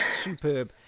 superb